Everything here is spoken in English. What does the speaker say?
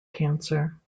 cancer